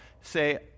say